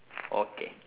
okay